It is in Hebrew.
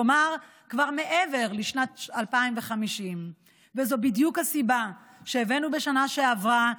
כלומר כבר מעבר לשנת 2050. זו בדיוק הסיבה שהבאנו בשנה שעברה,